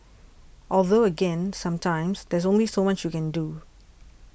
although again sometimes there's only so much you can do